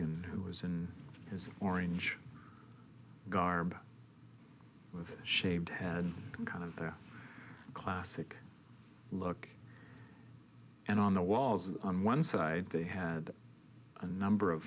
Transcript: and who was in his orange garb with shaved head kind of their classic look and on the walls and on one side they had a number of